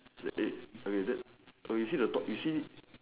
eh okay then okay see the top you see